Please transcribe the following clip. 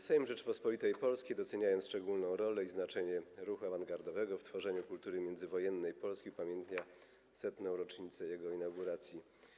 Sejm Rzeczypospolitej Polskiej, doceniając szczególną rolę i znaczenie ruchu awangardowego w tworzeniu kultury międzywojennej Polski, upamiętnia 100. rocznicę jego inauguracji”